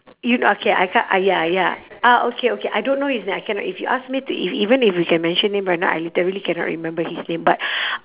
you okay I ca~ ya ya ah okay okay I don't know his name I cannot if you ask me to if even you can mention him right now I literally cannot remember his name but